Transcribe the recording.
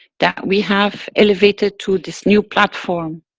that we have elevated to this new platform.